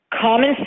common